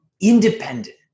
independent